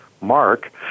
mark